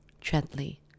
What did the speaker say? gently